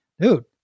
Dude